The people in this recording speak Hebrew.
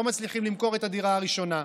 לא מצליחים למכור את הדירה הראשונה.